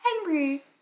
Henry